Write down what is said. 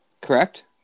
Correct